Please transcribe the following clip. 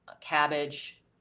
cabbage